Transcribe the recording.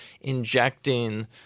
injecting